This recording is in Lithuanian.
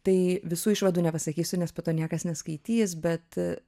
tai visų išvadų nepasakysiu nes po to niekas neskaitys bet